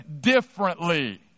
differently